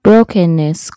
Brokenness